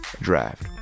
draft